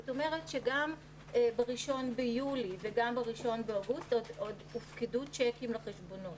זאת אומרת שגם ב-1 ביולי וגם ב-1 באוגוסט עוד הופקדו צ'קים לחשבונות.